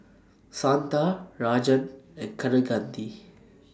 Santha Rajan and Kaneganti